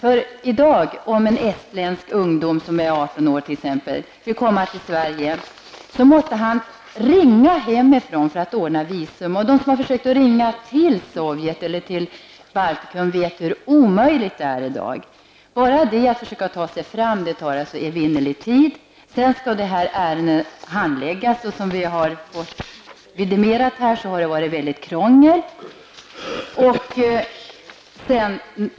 Om t.ex. en estländsk ungdom som är 18 år i dag vill komma till Sverige, måste han ringa hemifrån för att ordna visum. De som har försökt att ringa till Sovjet eller Baltikum vet hur omöjligt detta är i dag. Bara att försöka ta sig fram tar en evinnerlig tid. Sedan skall ärendet handläggas, och som vi här fått vidimerat har det varit mycket krångel.